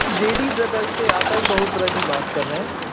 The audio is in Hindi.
जे डी ब्रदर्स से आकाश बहुत्रा जी बात कर रहे हैं